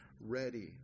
ready